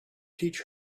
teach